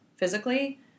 Physically